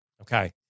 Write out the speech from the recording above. Okay